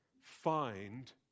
Find